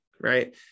right